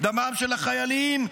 דמם של החיילים,